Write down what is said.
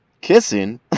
Kissing